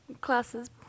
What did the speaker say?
classes